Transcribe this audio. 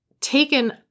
taken